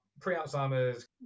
pre-alzheimer's